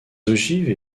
ogives